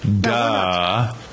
Duh